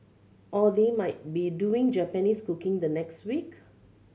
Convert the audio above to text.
or they might be doing Japanese cooking the next week